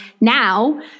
now